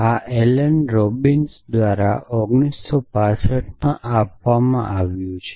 આ Alan Robinson દ્વારા ૧૯૬૫ માં આપવામાં આવ્યું છે